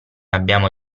abbiamo